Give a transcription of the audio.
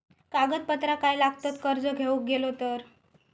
कागदपत्रा काय लागतत कर्ज घेऊक गेलो तर?